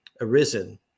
arisen